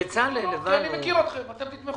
אני מכיר אתכם, אתם תתמכו.